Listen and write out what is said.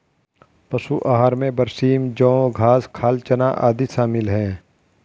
पशु आहार में बरसीम जौं घास खाल चना आदि शामिल है